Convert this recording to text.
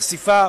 חשיפה,